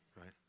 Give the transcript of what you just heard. right